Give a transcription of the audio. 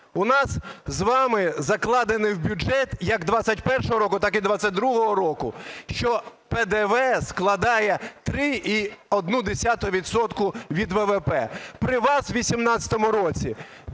У нас з вами закладено в бюджет, як 2021 року, так і 2022 року, що ПДВ складає 3,1 відсотка від ВВП. При вас у 2018 році